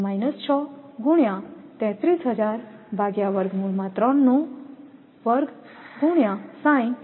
6 વોટ બરાબર 5